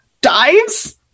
dives